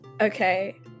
Okay